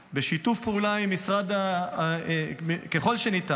בשיתוף פעולה ככל שניתן,